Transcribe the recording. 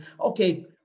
okay